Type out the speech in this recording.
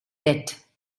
debt